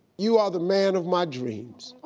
you are the man of my dreams.